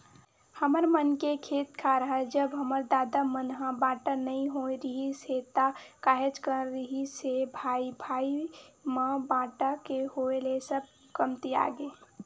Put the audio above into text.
हमर मन के खेत खार ह जब हमर ददा मन ह बाटा नइ होय रिहिस हे ता काहेच कन रिहिस हे भाई भाई म बाटा के होय ले सब कमतियागे